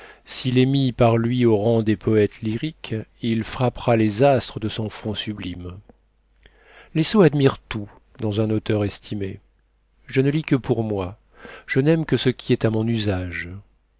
s'il est mis par lui au rang des poètes lyriques il frappera les astres de son front sublime les sots admirent tout dans un auteur estimé je ne lis que pour moi je n'aime que ce qui est à mon